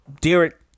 Derek